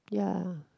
ya